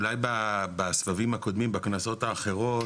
אולי בסבבים הקודמים, בכנסות האחרות,